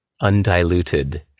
undiluted